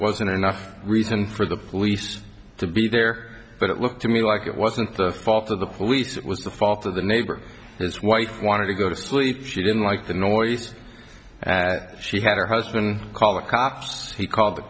wasn't enough reason for the police to be there but it looked to me like it wasn't the fault of the police it was the fault of the neighbor his wife wanted to go to sleep she didn't like the noise she had her husband call the cops he called the